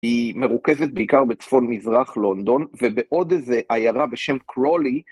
היא מרוכזת בעיקר בצפון מזרח לונדון, ובעוד איזה עיירה בשם קרולי...